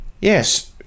Yes